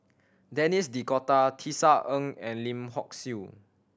Denis D'Cotta Tisa Ng and Lim Hock Siew